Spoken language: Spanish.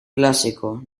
clásico